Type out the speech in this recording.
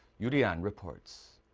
yoo li-an reports.